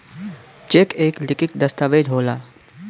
check एक लिखित दस्तावेज होला